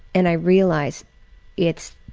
and i realize it's